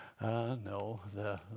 No